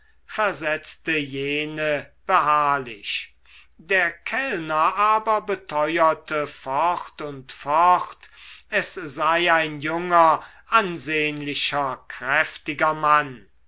versetzte jene beharrlich der kellner aber beteuerte fort und fort es sei ein junger ansehnlicher kräftiger mann